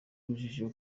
urujijo